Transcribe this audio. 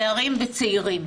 נערים וצעירים.